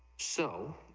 so,